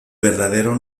verdadero